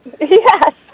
Yes